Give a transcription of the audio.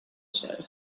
side